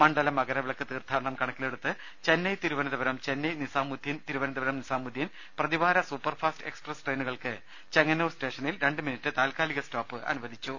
മണ്ഡല മകരവിളക്ക് തീർത്ഥാടനം കണക്കിലെടുത്ത് Chennai Thiruvananthapuram Chennai Nizamuddin Thiruvananthapuram Nizamuddin പ്രതിവാര സൂപ്പർ ഫാസ്റ്റ് എക്സ്പ്രസ് ട്രെയിനുകൾക്ക് ചെങ്ങന്നൂർ സ്റ്റേഷനിൽ രണ്ട് മിനിറ്റ് താൽക്കാലിക സ്റ്റോപ്പ് അനു വദിച്ചു